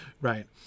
right